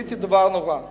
עשיתי דבר נורא ואיום: